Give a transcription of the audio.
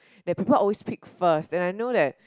the people always pick first and I know that